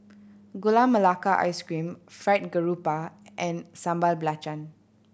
Gula Melaka Ice Cream Fried Garoupa and Sambal Belacan